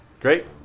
Great